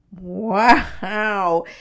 Wow